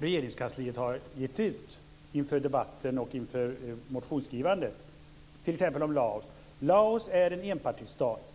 Regeringskansliet har gett ut inför debatten och inför motionsskrivandet står det om Laos: Laos är en enpartistat.